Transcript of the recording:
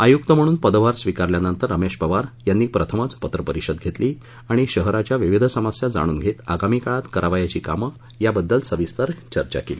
आयुक्त म्हणून पदभार स्वीकारल्यानंतर रमेश पवार यांनी प्रथमच पत्र परिषद घेतली आणि शहराच्या विविध समस्या जाणून घेत आगामी काळात करावयाची कामं याबद्दल सविस्तर चर्चा केली